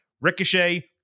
Ricochet